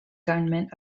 government